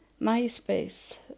MySpace